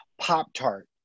Pop-Tart